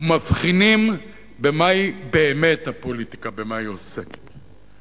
ומבחינים במהי באמת הפוליטיקה, במה היא עוסקת.